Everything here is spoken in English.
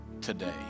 today